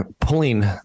Pulling